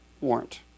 warrant